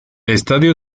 estadio